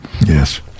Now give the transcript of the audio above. Yes